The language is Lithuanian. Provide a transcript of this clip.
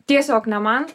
tiesiog ne man